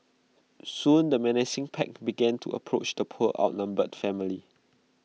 soon the menacing pack began to approach the poor outnumbered family